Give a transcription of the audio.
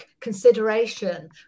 consideration